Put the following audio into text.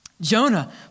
Jonah